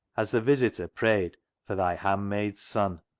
as the visitor prayed for thy handmaid's son.